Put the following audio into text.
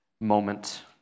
moment